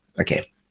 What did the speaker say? Okay